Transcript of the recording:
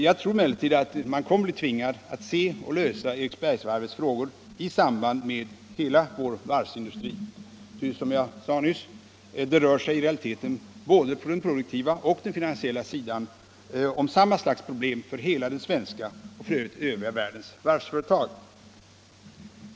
Jag tror emellertid att man kommer att bli tvingad att se och lösa Eriksbergsvarvets problem i samband med en översyn av hela vår varvsindustri. Som jag sade nyss rör det sig i realiteten, både på den produktiva och på den finansiella sidan, om samma slags problem för hela den svenska — och f. ö. även hela den övriga världens — varvsföretag.